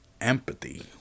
empathy